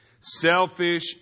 Selfish